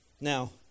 Now